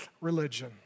Religion